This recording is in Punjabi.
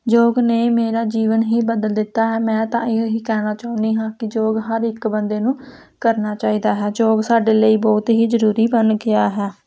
ਯੋਗ ਨੇ ਮੇਰਾ ਜੀਵਨ ਹੀ ਬਦਲ ਦਿੱਤਾ ਹੈ ਮੈਂ ਤਾਂ ਇਹੀ ਕਹਿਣਾ ਚਾਹੁੰਦੀ ਹਾਂ ਕਿ ਯੋਗ ਹਰ ਇੱਕ ਬੰਦੇ ਨੂੰ ਕਰਨਾ ਚਾਹੀਦਾ ਹੈ ਯੋਗ ਸਾਡੇ ਲਈ ਬਹੁਤ ਹੀ ਜ਼ਰੂਰੀ ਬਣ ਗਿਆ ਹੈ